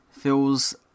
feels